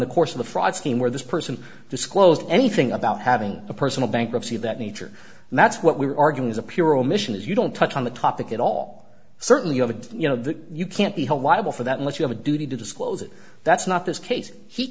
the course of the fraud scheme where this person disclosed anything about having a personal bankruptcy of that nature and that's what we're arguing is a pure omission as you don't touch on the topic at all certainly haven't you know that you can't be held liable for that unless you have a duty to disclose it that's not this case he